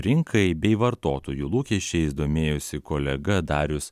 rinkai bei vartotojų lūkesčiais domėjosi kolega darius